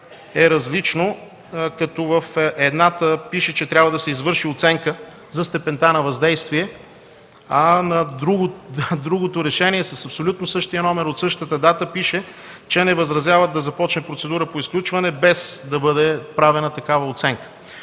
е различно, като в едното пише, че трябва да се извърши оценка за степента на въздействие, а в другото решение с абсолютно същия номер от същата дата пише, че не възразяват да започне процедура по изключване, без да бъде правена такава оценка.